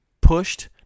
pushed